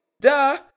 Duh